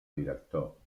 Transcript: director